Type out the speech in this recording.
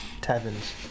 taverns